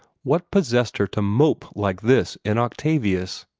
what possessed her to mope like this in octavius?